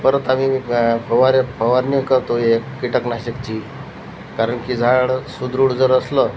परत आम्ही व्या फवाऱ्या फवारणी करतो हे किटकनाशकाची कारण की झाड सुदृढ जर असलं